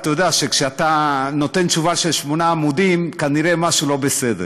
אתה יודע שכשאתה נותן תשובה של שמונה עמודים כנראה משהו לא בסדר,